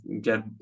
get